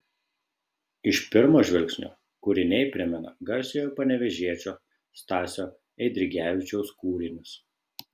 iš pirmo žvilgsnio kūriniai primena garsiojo panevėžiečio stasio eidrigevičiaus kūrinius